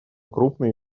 крупные